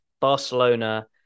Barcelona